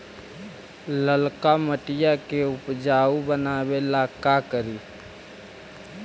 लालका मिट्टियां के उपजाऊ बनावे ला का करी?